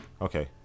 Okay